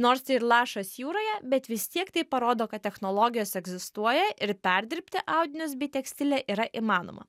nors tai ir lašas jūroje bet vis tiek tai parodo kad technologijos egzistuoja ir perdirbti audinius bei tekstilę yra įmanoma